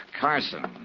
Carson